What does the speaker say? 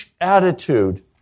attitude